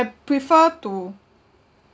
I prefer to